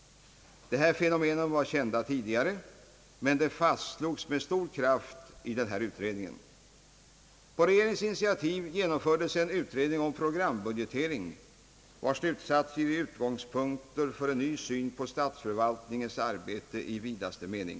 Dessa fenomen var kända tidigare men fastslogs med stor kraft i denna utredning. På regeringens initiativ genomfördes en utredning om programbudgetering vars slutsatser ger utgångspunkter för en ny syn på statsförvaltningens arbete i vidaste mening.